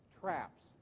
traps